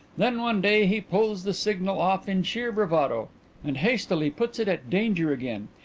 then one day he pulls the signal off in sheer bravado and hastily puts it at danger again.